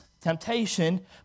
temptation